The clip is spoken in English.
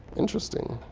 interesting.